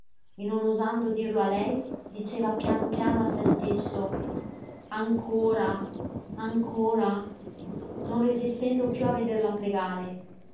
non osando dirlo a lei diceva piano piano a se stesso ancora ancora non resistendo piú a vederla pregare